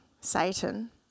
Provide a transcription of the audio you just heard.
Satan